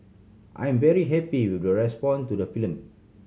I am very happy with the respond to the film